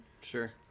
Sure